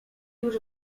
już